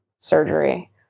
surgery